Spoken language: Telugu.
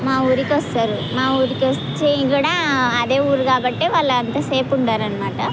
మా ఊరికి వస్తారు మా ఊరికి వస్తే కూడా అదే ఊరు కాబట్టి వాళ్ళు అంతసేపు ఉండరు అన్నమాట